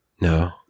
No